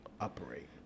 operate